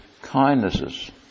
kindnesses